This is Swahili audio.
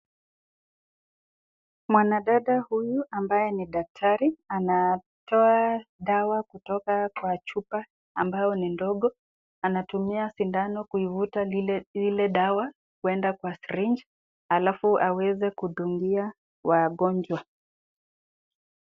Mwanadada huyu ambaye ni daktari, anatoa dawa kutoka kwa chupa ambao ni ndogo, anatumia sindano kuivuta lile dawa kwenda kwa sirinji alafu aweze kudungia wagonjwa.